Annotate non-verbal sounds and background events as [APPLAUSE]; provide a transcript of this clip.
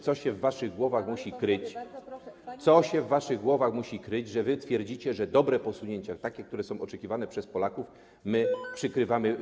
Co się w waszych głowach musi kryć, co się w waszych głowach musi kryć, że wy twierdzicie, że dobre posunięcia, takie, które są oczekiwane przez Polaków, my... [NOISE] przykrywamy.